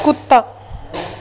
ਕੁੱਤਾ